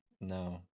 no